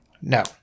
No